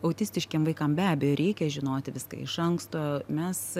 autistiškiem vaikam be abejo reikia žinoti viską iš anksto mes